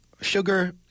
Sugar